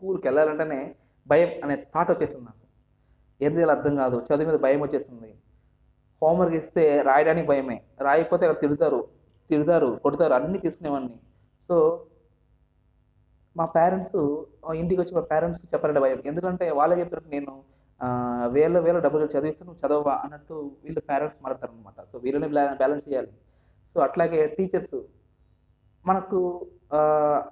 స్కూల్కి వెళ్ళాలి అంటేనే భయం అనే థాట్ వచ్చేసింది నాకు ఏం చేయాలో అర్థం కాదు చదువు మీద భయం వచ్చేసింది హోమ్వర్క్ ఇస్తే రాయడానికి భయమే రాయకపోతే తిడతారు తిడతారు కొడతారు అన్ని చేసుకునేవాన్ని సో మా పేరెంట్స్ ఇంటికి వచ్చి మా పేరెంట్స్ చెప్పాలంటే భయం ఎందుకంటే వాళ్ళకి చెప్తే నేను వేలవేల డబ్బులు కట్టి చదివిస్తే నువ్వు చదవవా అన్నట్టు వీళ్ళు పేరెంట్స్ మాట్లాడుతారు అనమాట సో వీళ్ళని బ్యాలెన్స్ చేయాలి సో అట్లాగే టీచర్స్ మనకు